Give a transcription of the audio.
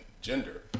gender